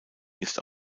ist